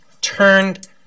turned